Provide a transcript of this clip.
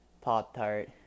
Pop-Tart